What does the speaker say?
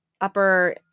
Upper